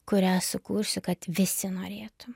kurią sukursiu kad visi norėtų